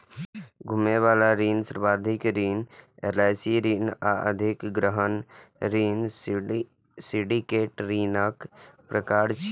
घुमै बला ऋण, सावधि ऋण, एल.सी ऋण आ अधिग्रहण ऋण सिंडिकेट ऋणक प्रकार छियै